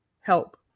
help